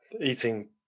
eating